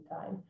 time